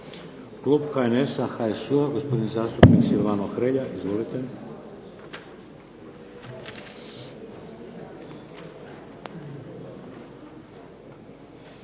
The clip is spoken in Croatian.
Klub HNS-a, HSU-a gospodin zastupnik Silvano Hrelja izvolite.